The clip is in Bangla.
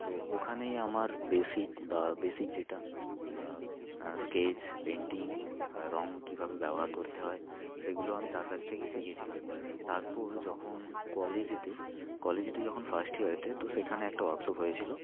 তো ওখানেই আমার বেসিক বা বেসিক যেটা স্কেচ পেন্টিং আর রঙ কীভাবে ব্যবহার করতে হয় সেগুলো আমি তার কাছ থেকেই শিখেছিলাম তারপর যখন কলেজেতে কলেজেতে যখন ফার্স্ট ইয়ারেতে তো সেখানে একটা ওয়ার্কশপ হয়েছিল